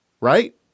Right